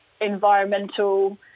environmental